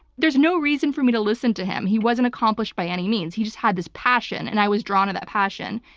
there's no reason for me to listen to him. he wasn't accomplished by any means. he just had this passion and i was drawn to that passion,